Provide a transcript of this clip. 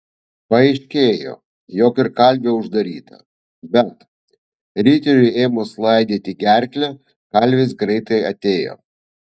paaiškėjo jog ir kalvė uždaryta bet riteriui ėmus laidyti gerklę kalvis greitai atėjo